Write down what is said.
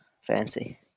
Fancy